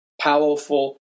powerful